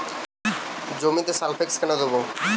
জমিতে সালফেক্স কেন দেবো?